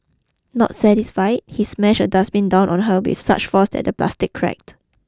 not satisfied he smashed a dustbin down on her with such force that the plastic cracked